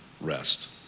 rest